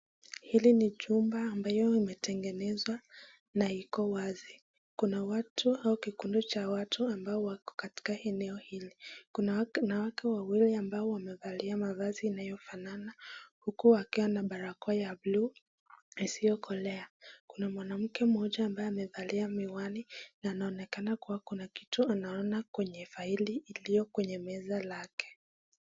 Hili ni jumba ambayo imetengenezwa na iko wazi. Kuna watu au kikundi cha watu ambao wako katika eneo hili. Kuna wanawake wawili ambao wamevalia mavazi inayofanana huku wakiwa na barakoa ya buluu isiyokolea. Kuna mwanamke mmoja ambaye amevalia miwani na anaonekana kuwa kuna kitu anaona kwenye faili iliyo kwenye meza lake.